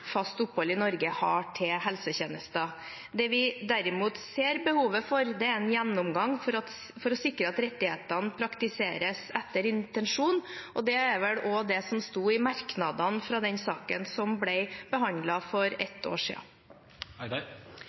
fast opphold i Norge har. Det vi derimot ser behov for, er en gjennomgang for å sikre at rettighetene praktiseres etter intensjonen, og det er vel også det som sto i merknadene til den saken som ble behandlet for ett år